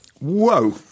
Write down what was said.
Whoa